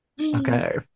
Okay